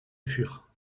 fur